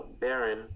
Baron